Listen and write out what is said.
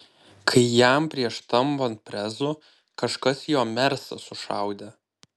kai jam prieš tampant prezu kažkas jo mersą sušaudė